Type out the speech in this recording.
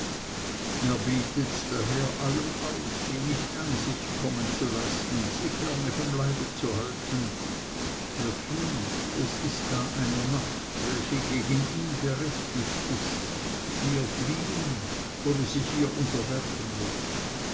er bietet daher allem auf sie nicht an sich kommen zu lassen sie ferne vom leibe zu halten er fühlt es ist da eine macht welche gegen ihn berechtigt ist die er fliehen oder sich ihr unterwerfen muß